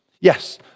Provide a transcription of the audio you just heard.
Yes